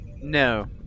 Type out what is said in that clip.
No